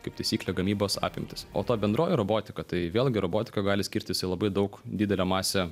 kaip taisyklė gamybos apimtis o ta bendroji robotika tai vėlgi robotika gali skirtis į labai daug didelę masę